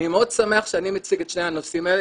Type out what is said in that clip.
אני מאוד שמח שאני מציג את שני הנושאים האלה,